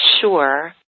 sure